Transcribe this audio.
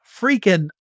freaking